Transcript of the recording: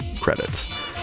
credits